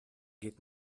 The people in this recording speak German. geht